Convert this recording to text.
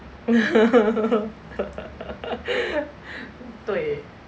对